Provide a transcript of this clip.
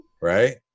right